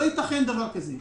לא יתכן דבר כזה.